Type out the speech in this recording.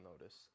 notice